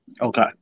Okay